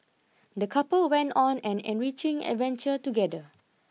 the couple went on an enriching adventure together